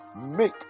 make